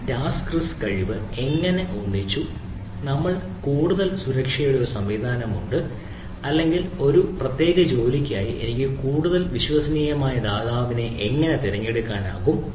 ഈ task risk കഴിവ് എങ്ങനെ ഒന്നിച്ചു നമ്മൾക്ക് കൂടുതൽ സുരക്ഷയുടെ ഒരു സംവിധാനം ഉണ്ട് അല്ലെങ്കിൽ ഒരു പ്രത്യേക ജോലിക്കായി എനിക്ക് കൂടുതൽ വിശ്വസനീയമായ ദാതാവിനെ എങ്ങനെ തിരഞ്ഞെടുക്കാനാകും